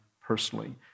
personally